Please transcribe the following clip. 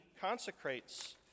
consecrates